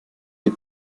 die